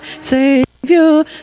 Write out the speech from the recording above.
savior